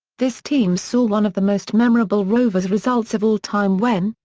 this team saw one of the most memorable rovers results of all time when,